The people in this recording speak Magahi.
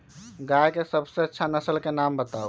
गाय के सबसे अच्छा नसल के नाम बताऊ?